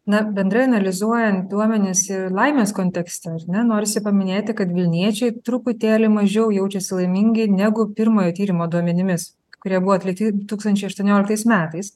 na bendrai analizuojant duomenis ir laimės kontekste ar ne norisi paminėti kad vilniečiai truputėlį mažiau jaučiasi laimingi negu pirmojo tyrimo duomenimis kurie buvo atlikti du tūkstančiai aštuonioliktais metais